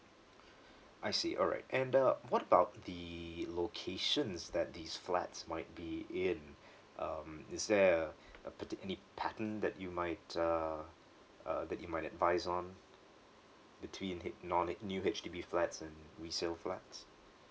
I see alright and uh what about the locations that these flats might be in um is there a a pat~ any pattern that you might uh uh that you might advise on between H~ and all that new H_D_B flats and resale flats